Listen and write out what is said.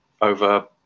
over